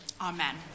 Amen